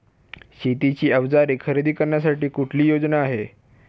शेतीची अवजारे खरेदी करण्यासाठी कुठली योजना आहे?